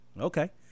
Okay